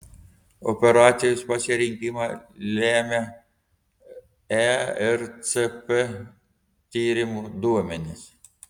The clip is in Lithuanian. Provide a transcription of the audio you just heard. operacijos pasirinkimą lemia ercp tyrimo duomenys